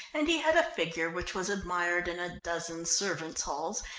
and he had a figure which was admired in a dozen servants' halls,